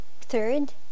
Third